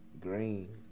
green